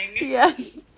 Yes